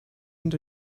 and